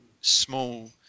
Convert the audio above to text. small